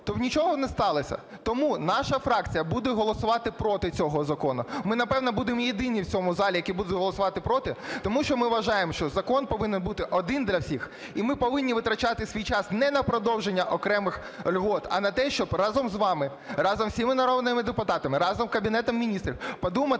то нічого не сталося. Тому наша фракція буде голосувати проти цього закону, ми напевно будемо єдині в цьому залі, які будуть голосувати проти, тому що ми вважаємо, що закон повинен бути один для всіх. І ми повинні витрачати свій час не на продовження окремих льгот, а на те, щоб разом з вами, разом з усіма народними депутатами, разом з Кабінетом Міністрів подумати,